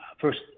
first